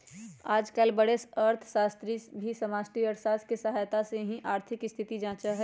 आजकल बडे अर्थशास्त्री भी समष्टि अर्थशास्त्र के सहायता से ही आर्थिक स्थिति जांचा हई